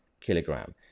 kilogram